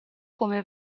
come